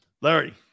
Larry